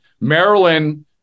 Maryland